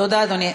תודה, אדוני.